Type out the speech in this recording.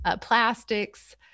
plastics